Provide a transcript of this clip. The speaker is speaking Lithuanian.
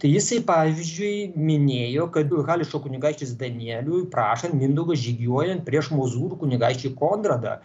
tai jisai pavyzdžiui minėjo kad haličo kunigaikštis danieliui prašant mindaugui žygiuojant prieš mozūrų kunigaikštį konradą